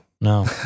No